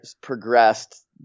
progressed